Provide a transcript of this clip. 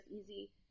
easy